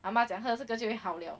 啊嘛讲喝着个就会好了